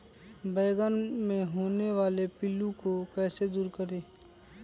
बैंगन मे होने वाले पिल्लू को कैसे दूर करें?